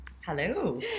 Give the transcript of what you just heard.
Hello